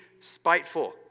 spiteful